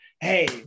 hey